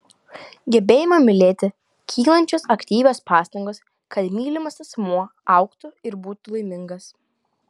gebėjimo mylėti kylančios aktyvios pastangos kad mylimas asmuo augtų ir būtų laimingas